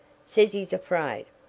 says he's afraid.